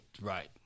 Right